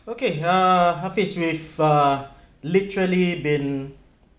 okay uh hafis we've uh literally been